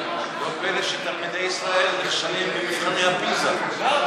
לא פלא שתלמידי ישראל נכשלים במבחני הפיז"ה.